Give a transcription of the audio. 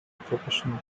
professional